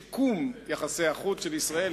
כולם עסוקים בשיקום יחסי החוץ של ישראל.